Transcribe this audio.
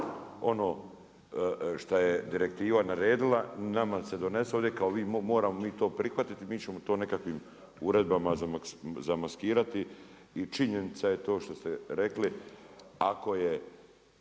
ono što je direktiva naredila, nama se donese, ovdje kao moramo mi to prihvatiti. Mi ćemo to nekakvim uredbama zamaskirati i činjenica je to što ste rekli, ako je